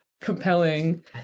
compelling